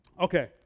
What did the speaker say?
Okay